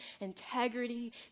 integrity